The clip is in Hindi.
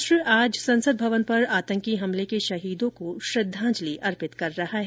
राष्ट्र आज संसद भवन पर आतंकी हमले के शहीदों को श्रंद्वाजलि अर्पित कर रहा है